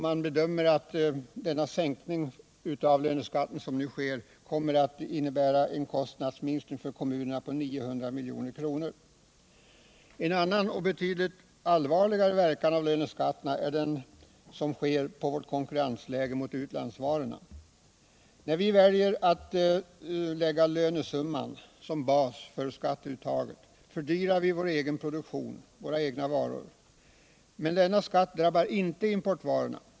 Man bedömer att den sänkning av löneskatten som nu sker kommer att innebära en kostnadsminskning för kommunerna på 900 milj.kr. En annan och betydligt allvarligare följd av löneskatten är den inverkan den har på vårt konkurrensläge i förhållande till utlandsvarorna. När vi väljer att lägga lönesumman som bas för skatteuttaget fördyrar vi vår egen produktion, våra egna varor. Men denna skatt drabbar inte importvarorna.